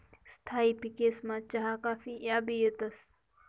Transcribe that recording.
स्थायी पिकेसमा चहा काफी याबी येतंस